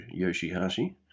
Yoshihashi